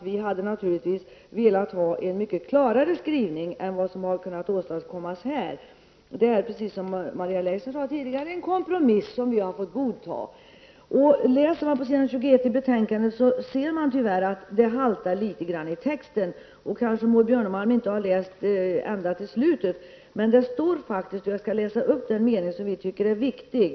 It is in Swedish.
Vi hade naturligtvis velat ha en mycket klarare skrivning än den som har kunnat åstadkommas här. Det är, precis som Maria Leissner sade tidigare, en kompromiss som vi har fått godta. Läser man på s. 21 i betänkandet ser man tyvärr att texten haltar litet. Maud Björnemalm har kanske inte läst ända till slutet. Jag skall läsa upp den mening som vi tycker är viktig.